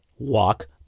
Walk